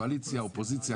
קואליציה ואופוזיציה,